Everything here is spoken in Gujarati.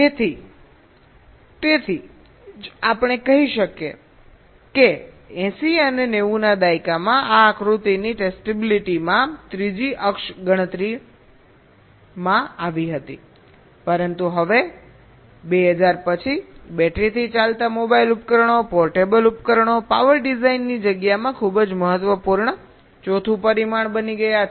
તેથી તેથી જ આપણે કહીએ છીએ કે 80 અને 90 ના દાયકામાં આ આકૃતિની ટેસ્ટિબિલિટીમાં ત્રીજી અક્ષ ગણતરીમાં આવી હતી પરંતુ હવે 2000 પછી બેટરીથી ચાલતા મોબાઇલ ઉપકરણો પોર્ટેબલ ઉપકરણો પાવર ડિઝાઇનની જગ્યામાં ખૂબ જ મહત્વપૂર્ણ ચોથું પરિમાણ બની ગયા છે